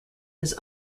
his